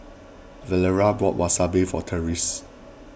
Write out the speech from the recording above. Valeria bought Wasabi for Tressie